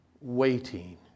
waiting